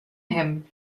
him